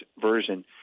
version